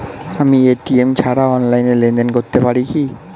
আমি এ.টি.এম ছাড়া অনলাইনে লেনদেন করতে পারি কি?